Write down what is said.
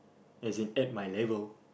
as in at my level